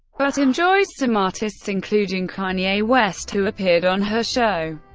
but enjoys some artists, including kanye west, who appeared on her show.